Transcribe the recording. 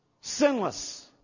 sinless